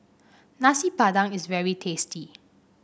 Nasi Padang is very tasty